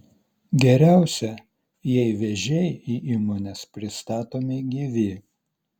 geriausia jei vėžiai į įmones pristatomi gyvi